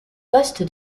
poste